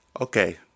okay